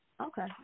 Okay